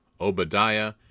Obadiah